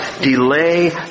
delay